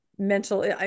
Mental